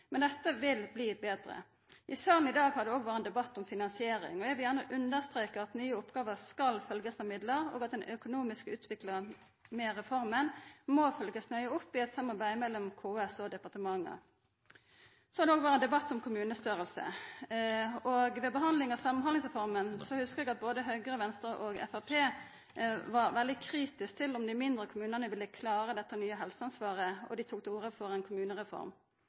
men dette vil bli betre. I salen i dag har det òg vore ein debatt om finansiering. Eg vil gjerne understreka at nye oppgåver skal følgjast av midlar, og at den økonomiske utviklinga med reforma må følgjast nøye opp i eit samarbeid mellom KS og departementa. Så har det òg vore ein debatt om kommunestørrelse. Ved behandlinga av Samhandlingsreforma hugsar eg at både Høgre, Venstre og Framstegspartiet var veldig kritiske til om dei mindre kommunane ville klara dette nye helseansvaret, og dei tok til orde for ei kommunereform.